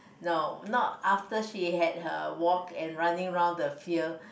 no not after she had her walk and running round the field